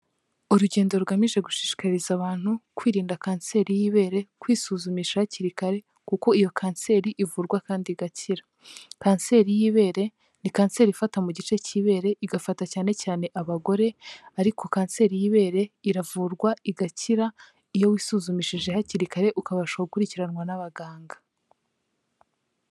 Urugendo rugamije gushishikariza abantu kwirinda kanseri y'ibere, kwisuzumisha hakiri kare, kuko iyo kanseri ivurwa kandi igakira. Kanseri y'ibere ni kanseri ifata mu gice cy'ibere igafata cyane cyane abagore, ariko kanseri y'ibere iravurwa igakira, iyo wisuzumishije hakiri kare ukabasha gukurikiranwa n'abaganga.